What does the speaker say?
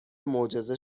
معجزه